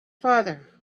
farther